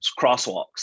crosswalks